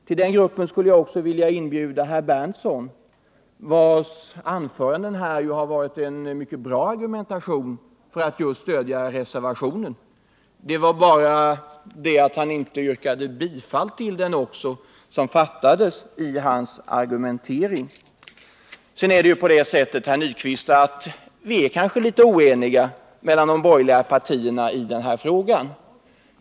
Till den gruppen skulle jag även vilja inbjuda herr Berndtson, vars anföranden här har varit en mycket bra argumentation för att just stödja reservationen. Det enda som fattades i hans argumentation var att han inte yrkade bifall till reservationen. Sedan är det på det sättet, herr Nyquist, att de borgerliga partierna kanske ärlitet oeniga i denna fråga.